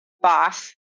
boss